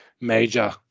major